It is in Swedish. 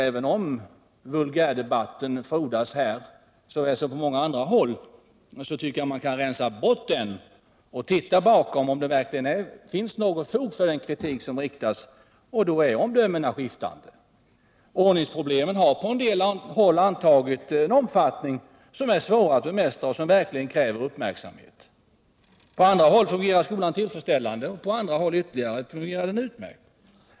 Även om vulgärdebatten frodas — här såväl som på många andra håll — tycker jag man kan rensa bort den och se om det verkligen finns något fog för den kritik som riktas mot skolan. Då märker man att omdömena är skiftande. Ordningsproblemen har på en del håll antagit en omfattning som är svår att bemästra och som verkligen kräver uppmärksamhet. På andra håll fungerar skolan tillfredsställande. På ytterligare andra håll fungerar den utmärkt.